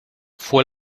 fue